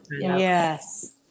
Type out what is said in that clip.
Yes